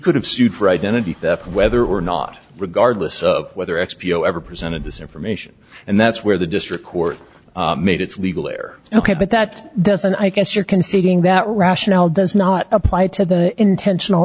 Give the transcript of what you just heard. could have sued for identity theft whether or not regardless of whether x p o ever presented this information and that's where the district court made its legal or ok but that doesn't i guess you're conceding that rationale does not apply to the intentional